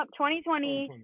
2020